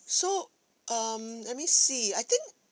so um let me see I think